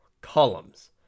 columns